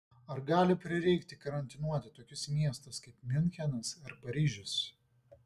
ar gali prireikti karantinuoti tokius miestus kaip miunchenas ar paryžius